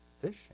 fishing